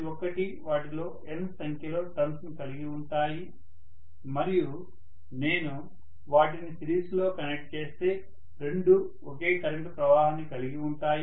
ప్రతి ఒక్కటి వాటిలో N సంఖ్యలో టర్న్స్ ను కలిగి ఉంటాయి మరియు నేను వాటిని సిరీస్ లో కనెక్ట్ చేస్తే రెండూ ఒకే కరెంటు ప్రవాహాన్ని కలిగి ఉంటాయి